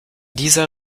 dieser